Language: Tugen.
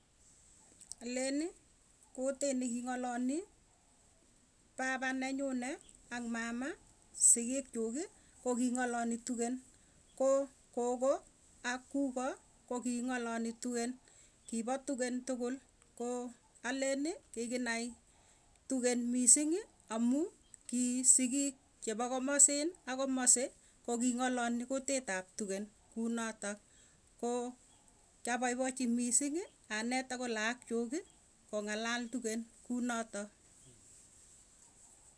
Alenii kutik ne king'ale papa nenyunee ak mama, sigikchukii koo kinang'alali tugen, koo kogoo ak kugoo, koo king'alali tugen kipa tugen tugul koo alen kiginai tugen missing'ii amuu kii sigik chepo kimasin ak kimasii koo king'alalii kutit ap tugen kunotog koo kiapaipachii misingii anet agot laak chuk kong'alal tugen kunotok.